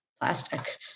plastic